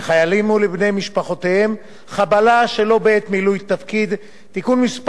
לחיילים ולבני משפחותיהם (חבלה שלא בעת מילוי תפקיד) (תיקון מס'